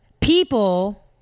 People